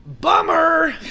Bummer